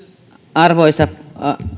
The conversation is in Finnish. arvoisa